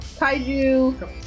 Kaiju